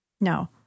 no